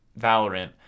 Valorant